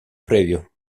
previo